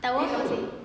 tahu apa seh